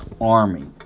army